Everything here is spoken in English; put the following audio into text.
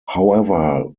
however